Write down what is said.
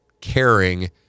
caring